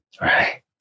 Right